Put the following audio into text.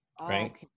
Right